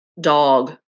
dog